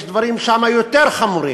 יש שם דברים יותר חמורים,